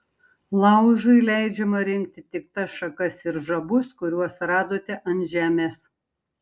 laužui leidžiama rinkti tik tas šakas ir žabus kuriuos radote ant žemės